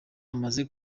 amaze